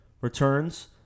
Returns